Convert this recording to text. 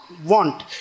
Want